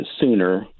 sooner